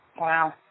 Wow